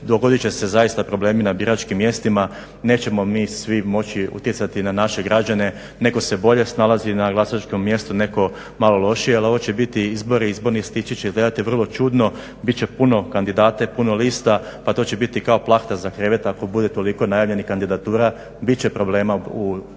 dogodit će se zaista problemi na biračkim mjestima. Nećemo mi svi moći utjecati na naše građane, netko se bolje snalazi na glasačkom mjestu, netko malo lošije. Ali ovo će biti izbori i izborni listići će izgledati vrlo čudno, bit će puno kandidata i puno lista pa to će biti kao plahta za krevet ako bude toliko najavljenih kandidatura, bit će problema u